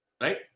Right